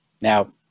Now